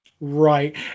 Right